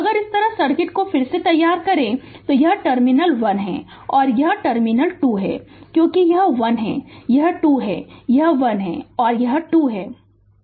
तो अगर इस तरह सर्किट को फिर से तैयार करें यह टर्मिनल 1 है और यह टर्मिनल 2 है क्योंकि यह 1 है यह 2 है यह 1 है यह 2 है